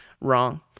wrong